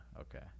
Okay